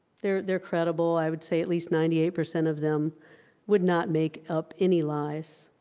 they're they're credible, i would say, at least ninety eight percent of them would not make up any lies